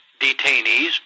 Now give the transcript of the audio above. detainees